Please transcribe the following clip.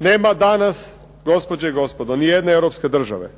Nema danas gospođe i gospodo nijedne europske države